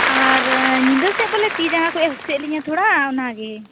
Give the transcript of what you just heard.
ᱟᱨ ᱧᱤᱫᱟᱹᱥᱮᱫ ᱵᱚᱞᱮ ᱛᱤ ᱡᱟᱝᱜᱟ ᱠᱚ ᱦᱟᱹᱥᱩᱭᱮᱜ ᱞᱤᱧᱟᱹ ᱛᱷᱚᱲᱟ ᱚᱱᱟᱜᱮ